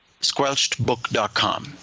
Squelchedbook.com